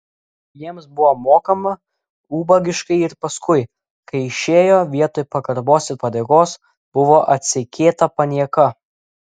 jiems buvo mokama ubagiškai ir paskui kai išėjo vietoj pagarbos ir padėkos buvo atseikėta panieka